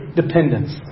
dependence